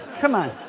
come on.